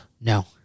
No